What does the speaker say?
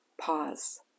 Pause